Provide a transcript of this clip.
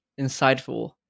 insightful